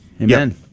Amen